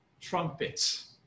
trumpets